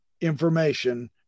information